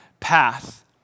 Path